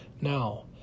now